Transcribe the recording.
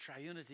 triunity